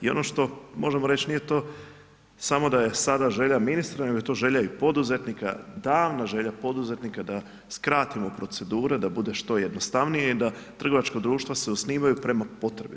I ono što, možemo reći nije to samo da je sada želja ministra nego je to želja i poduzetnika, davna želja poduzetnika da skratimo procedure, da bude što jednostavnije i da trgovačka društva se osnivaju prema potrebi.